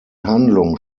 handlung